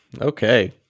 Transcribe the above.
Okay